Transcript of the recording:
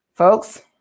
Folks